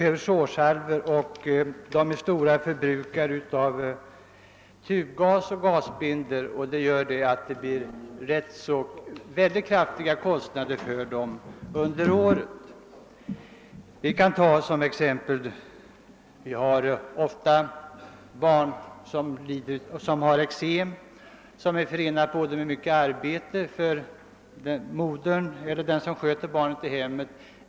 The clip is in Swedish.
De patienterna är stora förbrukare av tubgas och gasbindor, vilket medför att kostnaderna härför under året blir ganska stora. Barn har också ofta eksem. Detta förorsakar mycket arbete för modern eller för den som sköter barnet i hemmet.